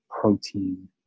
protein